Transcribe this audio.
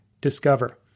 discover